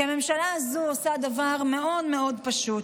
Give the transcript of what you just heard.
כי הממשלה הזאת עושה דבר מאוד מאוד פשוט: